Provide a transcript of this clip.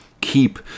keep